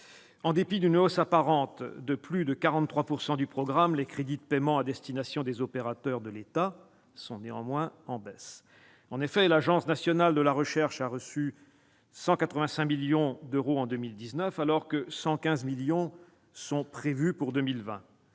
En dépit d'une hausse apparente de plus de 43 % du programme, les crédits de paiement à destination des opérateurs de l'État sont néanmoins en baisse. En effet, l'Agence nationale de la recherche a reçu 185 millions d'euros en 2019, alors que 115 millions d'euros sont prévus pour 2020.